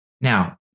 Now